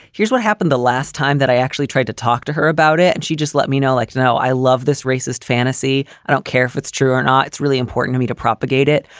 here's what happened the last time that i actually tried to talk to her about it and she just let me know. like now i love this racist fantasy. i don't care if it's true or not. it's really important to me to propagate it.